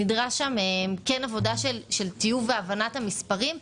נדרשת שם עבודה של טיוב והבנת המספרים.